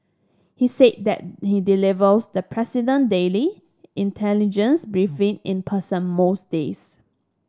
he's said that he delivers the president daily intelligence briefing in person most days